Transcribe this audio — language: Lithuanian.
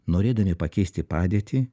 norėdami pakeisti padėtį